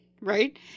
Right